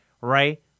right